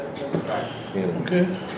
Okay